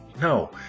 no